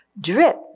Drip